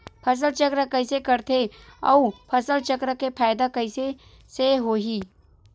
फसल चक्र कइसे करथे उ फसल चक्र के फ़ायदा कइसे से होही?